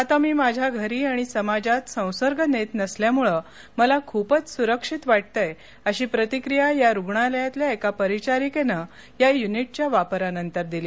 आता मी माझ्या घरी आणि समाजात संसर्ग नेत नसल्यामुळे मला खूपच सुरक्षित वाटतंय अशी प्रतिक्रिया या रुग्णालयातल्या एका परिचारिकेनं या युनिटच्या वापरानंतर दिली